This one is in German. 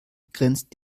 grenzt